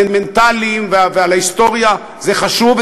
הסנטימנטליות ועל ההיסטוריה זה חשוב,